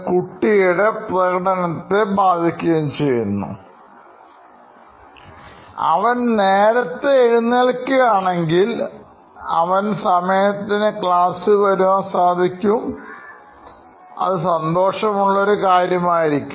കുട്ടിയുടെ പ്രകടനത്തെ ബാധിക്കുകയും ചെയ്യുന്നു അവൻ നേരത്തെ എഴുന്നേൽക്കുക ആണെങ്കിൽ അവന് സമയത്തിന് ക്ലാസ്സിൽ വരുവാൻ സാധിക്കും അത് സന്തോഷമുള്ള ഒരു കാര്യമായിരിക്കും